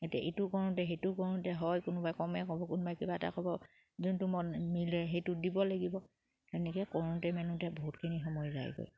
এতিয়া এইটো কৰোঁতে সেইটো কৰোঁতে হয় কোনোবাই কমে ক'ব কোনোবাই কিবা এটা ক'ব যোনটো মন মিলে সেইটো দিব লাগিব সেনেকে কৰোঁতে মেলোঁতে বহুতখিনি সময় যায়গৈ